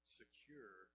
secure